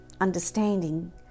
Understanding